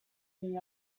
queen